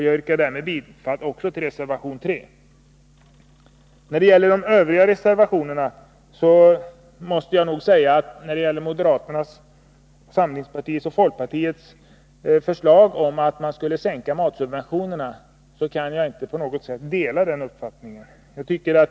Jag yrkar bifall också till reservation 3. När det gäller övriga reservationer måste jag nog beträffande moderata samlingspartiets och folkpartiets förslag om att man skulle sänka matsubventionerna säga att jag inte kan på något sätt dela den uppfattningen.